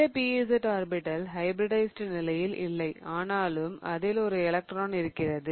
இந்த pz orbital hybridized நிலையில் இல்லை ஆனாலும் அதில் ஒரு எலக்ட்ரான் இருக்கிறது